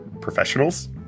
professionals